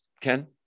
Ken